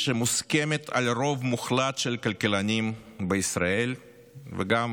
שמוסכמת על רוב מוחלט של כלכלנים בישראל וגם